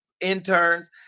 interns